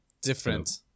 ...different